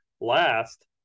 last